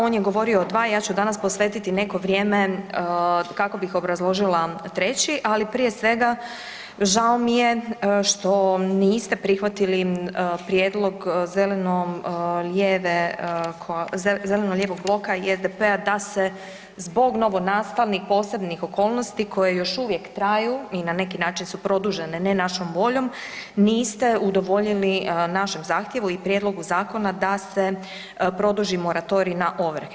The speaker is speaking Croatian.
On je govorio o dva, ja ću danas posvetiti neko vrijeme kako bih obrazložila 3., ali prije svega, žao mi je što niste prihvatili prijedlog zeleno-lijevog bloka i SDP-a da se zbog novonastalih posebnih okolnosti koje još uvijek traju i na neki način su produžene, ne našom voljom, niste udovoljili našem zahtjevu i prijedlogu zakona, da se produži moratorij na ovrhe.